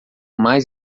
mais